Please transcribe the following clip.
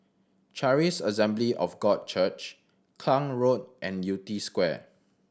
Charis Assembly of God Church Klang Road and Yew Tee Square